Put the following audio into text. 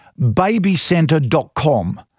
Babycenter.com